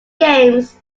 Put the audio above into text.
games